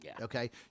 Okay